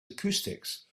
acoustics